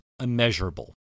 immeasurable